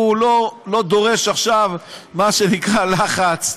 הוא לא דורש עכשיו מה שנקרא לחץ,